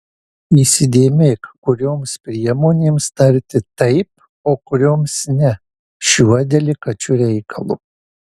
įsidėmėk kurioms priemonėms tarti taip o kurioms ne šiuo delikačiu reikalu